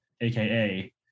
AKA